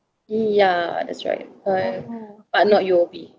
ya that's right uh but not U_O_B